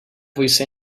voice